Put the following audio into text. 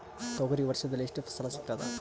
ತೊಗರಿ ವರ್ಷದಲ್ಲಿ ಎಷ್ಟು ಫಸಲ ಸಿಗತದ?